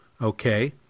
okay